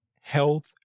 health